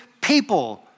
people